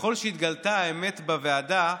שככל שהתגלתה האמת בוועדה,